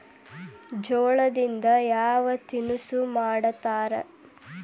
ಜೋಳದಿಂದ ಯಾವ ತಿನಸು ಮಾಡತಾರ?